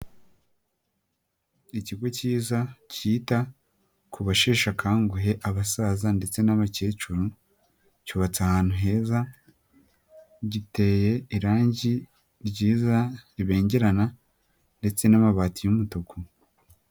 Ikigo cyiza cyita ku basheshe akanguhe abasaza ndetse n'abakecuru, cyubatse ahantu heza, giteye irangi ryiza ribengerana ndetse n'amabati y'umutuku.